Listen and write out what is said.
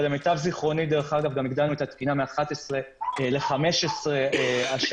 אבל למיטב זכרוני גם הגדלנו את התקינה מ-11 ל-15 השנה.